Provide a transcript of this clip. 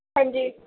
ਹਾਂਜੀ